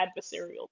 adversarial